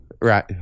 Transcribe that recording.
right